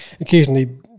occasionally